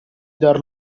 dar